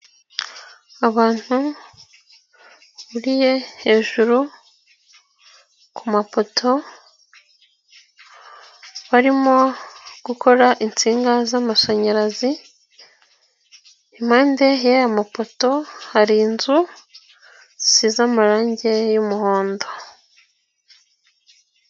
Abantu buriye hejuru ku mapoto barimo gukora insinga z'amashanyarazi, impande yayo mopoto hari inzu zisize amarangi y'umuhondo.